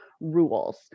rules